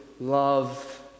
love